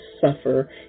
suffer